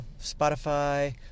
Spotify